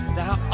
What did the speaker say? now